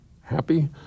happy